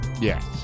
Yes